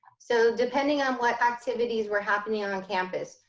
so depending on what activities were happening on campus,